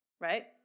right